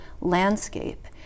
landscape